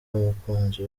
umukunzi